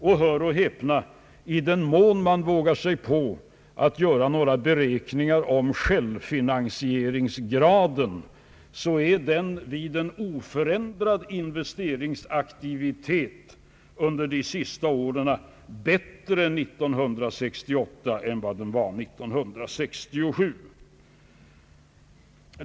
Och — hör och häpna — i den mån man vågar sig på att göra några beräkningar om självfinansieringsgraden, så är den vid en oförändrad investeringsaktivitet under de senaste åren bättre år 1968 än den var år 1967.